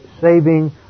saving